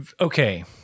okay